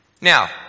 Now